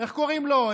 איך קוראים לו?